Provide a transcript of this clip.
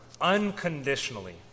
unconditionally